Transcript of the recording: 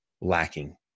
lacking